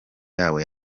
yabo